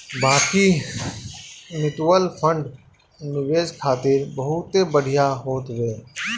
बाकी mutual fund निवेश खातिर बहुते बढ़िया होत हवे